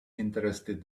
interested